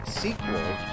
sequel